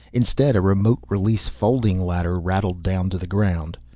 instead a remote-release folding ladder rattled down to the ground.